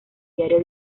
diario